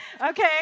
okay